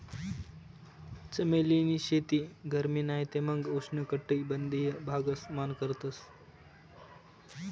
चमेली नी शेती गरमी नाही ते मंग उष्ण कटबंधिय भागस मान करतस